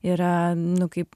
yra nu kaip